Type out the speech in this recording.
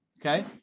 Okay